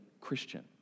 Christian